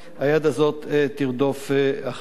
היד הזאת תרדוף אחריו.